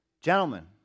Gentlemen